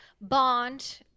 Bond